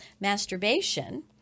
masturbation